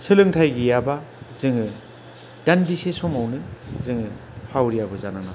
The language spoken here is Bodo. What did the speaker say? सोलोंथाइ गैयाबा जोङो दान्दिसे समावनो जोङो हावरियाबो जालांनो हागौ